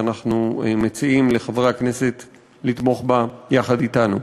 ואנחנו מציעים לחברי הכנסת לתמוך בה יחד אתנו.